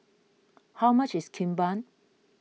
how much is Kimbap